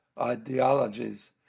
ideologies